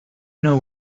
know